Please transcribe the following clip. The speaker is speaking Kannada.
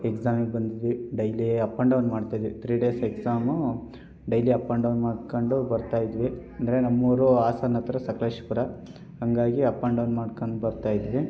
ಎಕ್ಝಾಮಿಗೆ ಬಂದಿದ್ವಿ ಡೈಲಿ ಅಪ್ ಆ್ಯಂಡ್ ಡೌನ್ ಮಾಡ್ತಿದ್ವಿ three days exam daily up and down ಮಾಡಿಕೊಂಡು ಬರ್ತಾಯಿದ್ವಿ ಅಂದರೆ ನಮ್ಮೂರು ಹಾಸನ್ ಹತ್ರ ಸಕಲೇಶಪುರ ಹಾಗಾಗಿ ಅಪ್ ಆ್ಯಂಡ್ ಡೌನ್ ಮಾಡ್ಕೊಂಡು ಬರ್ತಾಯಿದ್ದೆ